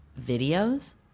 videos